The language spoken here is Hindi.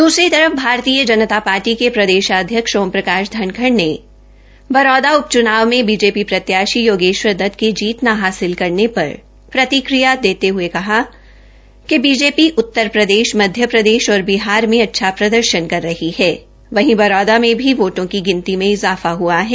दुसरी तर फ भारतीय जनता पार्टी के प्रदेशाध्यक्ष ओम प्रकश धनखड़ ने बरौदा उप चूनाव बीजेपी प्रत्याशी योगेश्वर दत्त क जीत न हासिल करने पर प्रतिक्रिया देते हये कहा कि बीजेपी उत्तर प्रदेश मध्यप्रदेश और बिहार में अच्छा प्रदर्शन कर रही है वहीं बरौदा में भी वोटों की गिनती में हजाफा हुआ है